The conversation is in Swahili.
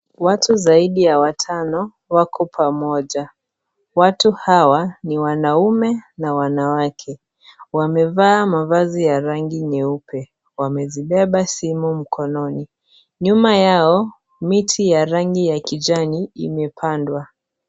Watu zaidi ya watano wako pamoja. Watu hawa ni wanaume na wanawake. Wamevaa mavazi ya rangi nyeupe, wamezibeba simu mikononi. Nyuma Yao, miti ya rangi ya kijani imepandwa.